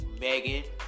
Megan